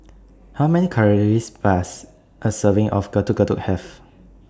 How Many Calories Does A Serving of Getuk Getuk Have